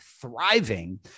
thriving